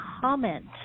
comment